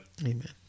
Amen